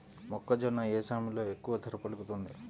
మొక్కజొన్న ఏ సమయంలో ఎక్కువ ధర పలుకుతుంది?